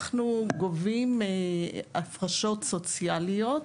אנחנו גובים הפרשות סוציאליות